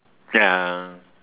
ya